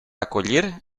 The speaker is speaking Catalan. acollir